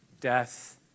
death